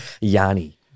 Yanni